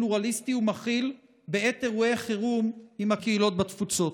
פלורליסטי ומכיל בעת אירועי חירום עם הקהילות בתפוצות.